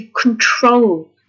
control